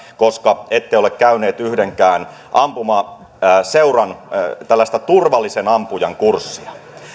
koska ette ole käynyt yhdenkään ampumaseuran tällaista turvallisen ampujan kurssia